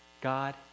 God